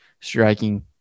striking